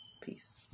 Peace